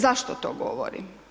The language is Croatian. Zašto to govorim?